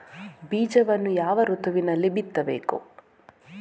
ಬೀಜವನ್ನು ಯಾವ ಋತುವಿನಲ್ಲಿ ಬಿತ್ತಬೇಕು?